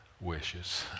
wishes